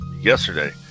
yesterday